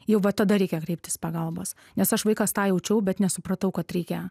jau va tada reikia kreiptis pagalbos nes aš vaikas tą jaučiau bet nesupratau kad reikia